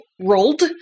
rolled